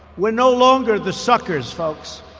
we're no longer the suckers, folks.